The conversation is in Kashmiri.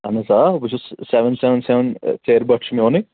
اہن حظ آ بہٕ چھُس سٮ۪وَن سٮ۪وَن سٮ۪وَن سیرِ بٹھ چھُ میونٕے